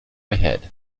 ahead